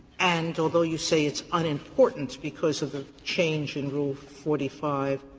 and although you say it's unimportant because of a change in rule forty five,